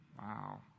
Wow